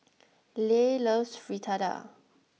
Leigh loves Fritada